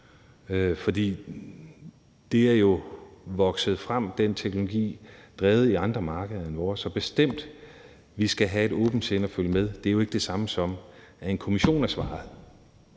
teknologi er jo vokset frem og er drevet i andre markeder end vores. Så vi skal bestemt have et åbent sind og følge med. Det er jo ikke det samme som, at en kommission er svaret.